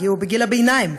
הגיעו בגיל הביניים,